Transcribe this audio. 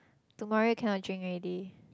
tomorrow you cannot drink already